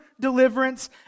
deliverance